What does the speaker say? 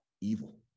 evil